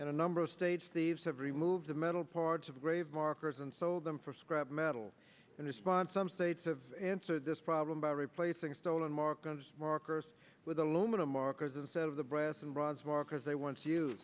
in a number of states these have removed the metal parts of the grave markers and sold them for scrap metal in response some states have answered this problem by replacing stolen markers markers with aluminum markers instead of the brass and bronze markers they once